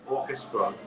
Orchestra